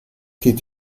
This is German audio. geht